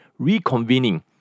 reconvening